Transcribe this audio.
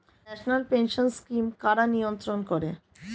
National pension scheme কারা নিয়ন্ত্রণ করে?